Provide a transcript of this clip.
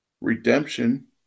Redemption